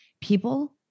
people